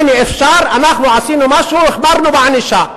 הנה, אפשר, אנחנו עשינו משהו: החמרנו בענישה,